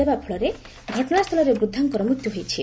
ଦେବା ଫଳରେ ଘଟଣାସ୍ଚଳରେ ବୃଦ୍ଧାଙ୍କ ମୃତ୍ୟୁ ହୋଇଛି